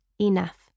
enough